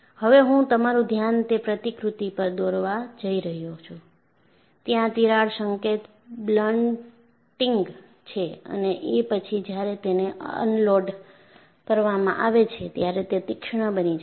હવે હું તમારું ધ્યાન તે પ્રતિકૃતિ પર દોરવા જઈ રહ્યો છે ત્યાં તિરાડ સંકેત બ્લન્ટિંગ છે અને એ પછી જ્યારે તેને અનલોડ કરવામાં આવે છે ત્યારે તે તીક્ષ્ણ બની જાય છે